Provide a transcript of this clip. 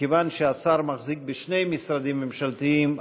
מכיוון שהשר מחזיק בשני משרדים ממשלתיים,